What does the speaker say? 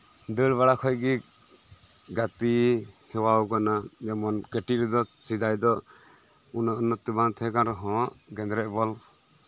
ᱫᱟᱹᱲ ᱵᱟᱲᱟ ᱠᱷᱚᱱᱜᱮ ᱜᱟᱛᱮᱧ ᱦᱮᱣᱟ ᱠᱟᱱᱟ ᱠᱟᱹᱴᱤᱡ ᱨᱮᱫᱚ ᱥᱮᱫᱟᱭ ᱫᱚ ᱩᱱᱟᱹᱜ ᱩᱱᱟᱹᱜ ᱵᱚᱞ ᱫᱚ ᱵᱟᱝ ᱛᱟᱦᱮᱸ ᱠᱟᱱ ᱨᱮᱦᱚᱸ ᱜᱮᱸᱫᱽᱨᱮᱡ ᱵᱚᱞ